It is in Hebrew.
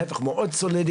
להיפך, מאוד סולידי.